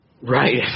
Right